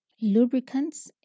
Lubricants